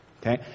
Okay